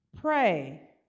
Pray